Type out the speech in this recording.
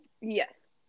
Yes